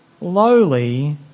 lowly